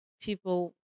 people